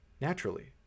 naturally